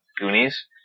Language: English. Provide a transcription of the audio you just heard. Goonies